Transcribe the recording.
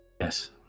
yes